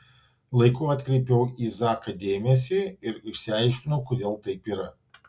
laiku atkreipiau į zaką dėmesį ir išsiaiškinau kodėl taip yra